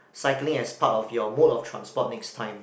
cycling as part of your mode of transport next time